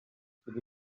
kiedy